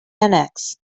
annex